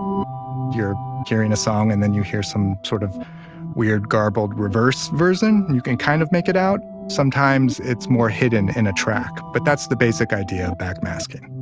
you're hearing a song and then you hear some sort of weird garbled reverse version. you can kind of make it out. sometimes it's more hidden in a track, but that's the basic idea of backmasking